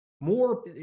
More